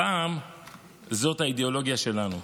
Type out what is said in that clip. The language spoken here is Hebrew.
הפעם זאת האידיאולוגיה שלנו.